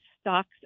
stocks